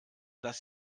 dass